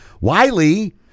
Wiley